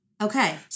Okay